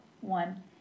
one